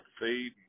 feed